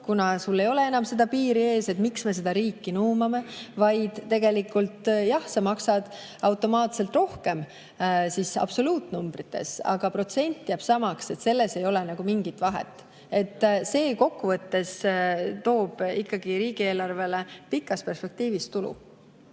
kuna sul ei ole enam seda piiri ees, et miks me seda riiki nuumame. Tegelikult jah, sa maksad automaatselt rohkem absoluutnumbrites, aga protsent jääb samaks, selles ei ole nagu mingit vahet. See kokkuvõttes toob ikkagi riigieelarvesse pikas perspektiivis tulu.